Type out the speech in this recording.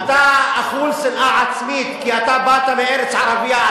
אתה אכול שנאה עצמית כי אתה באת מארץ ערבית.